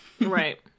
right